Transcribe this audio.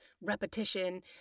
repetition